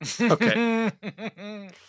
Okay